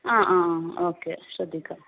ആ ആ ഓക്കേ ശ്രദ്ധിക്കാം